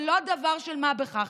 זה לא דבר של מה בכך.